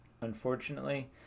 Unfortunately